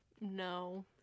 No